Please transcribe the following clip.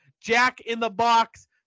Jack-in-the-box